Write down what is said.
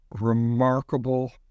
remarkable